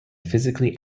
physically